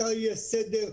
מתי יהיה סדר?